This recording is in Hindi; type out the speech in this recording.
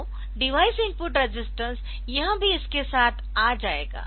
तो डिवाइस इनपुट रेजिस्टेंस यह भी इसके साथ आ जाएगा